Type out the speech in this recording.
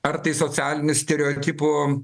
ar tai socialinių stereotipų